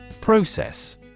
Process